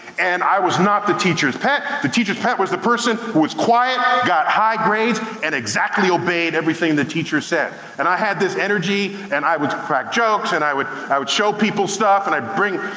and i was not the teacher's pet. the teacher's pet was the person who was quiet, got high grades, and exactly obeyed everything the teacher said. and i had this energy, and i would crack jokes, and i would i would show people stuff, and i would bring